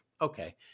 okay